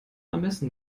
ermessen